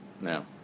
now